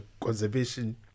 conservation